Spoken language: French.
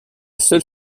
seule